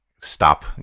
stop